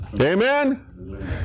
Amen